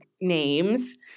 names